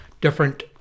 different